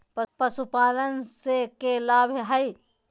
पशुपालन से के लाभ हय?